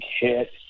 hit